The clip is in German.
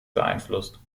beeinflusst